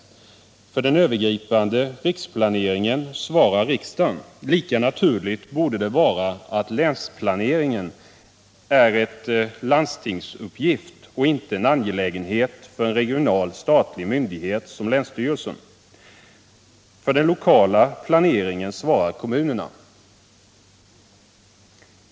För den övergripande riksplaneringen svarar riksdagen. Lika naturligt borde det vara att länsplaneringen är en landstingsuppgift och inte en angelägenhet för en regional statlig myndighet som länsstyrelsen. För den lokala planeringen svarar kommunerna.